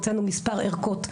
הוצאנו מספר ערכות,